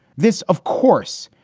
this, of course,